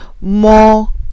more